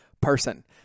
person